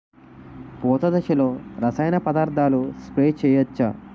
పూత దశలో రసాయన పదార్థాలు స్ప్రే చేయచ్చ?